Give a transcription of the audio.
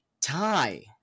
tie